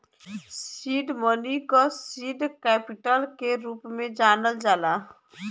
seed money क seed capital के रूप में जानल जाला